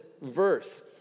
verse